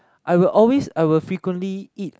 I will always I will frequently eat